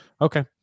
okay